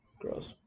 Gross